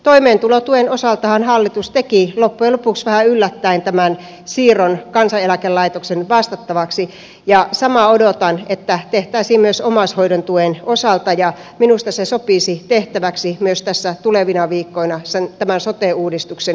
toimeentulotuen osaltahan hallitus teki loppujen lopuksi vähän yllättäen tämän siirron kansaneläkelaitoksen vastattavaksi ja odotan että sama tehtäisiin myös omaishoidontuen osalta ja minusta se sopisi tehtäväksi myös tässä tulevina viikkoina tämän sote uudistuksen konkretisoinnin yhteydessä